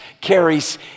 carries